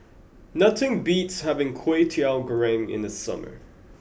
nothing beats having Kway Teow Goreng in the summer